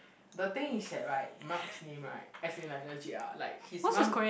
the thing is that right Mark's name right as in like legit ah like his mum